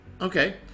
Okay